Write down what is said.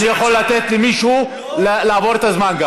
אני יכול לתת למישהו לעבור את הזמן.